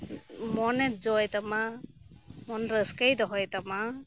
ᱢᱚᱱᱮ ᱡᱚᱭ ᱛᱟᱢᱟ ᱢᱚᱱ ᱨᱟᱹᱥᱠᱟᱹᱭ ᱫᱚᱦᱚᱭ ᱛᱟᱢᱟ